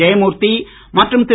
ஜெயமூர்த்தி மற்றும் திரு